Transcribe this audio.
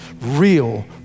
real